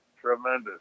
Tremendous